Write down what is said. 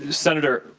senator,